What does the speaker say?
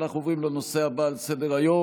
אנחנו עוברים לנושא הבא על סדר-היום,